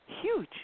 Huge